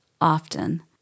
often